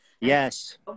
Yes